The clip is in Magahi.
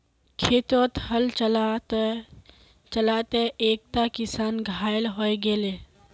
खेतत हल चला त चला त एकता किसान घायल हय गेले